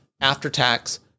after-tax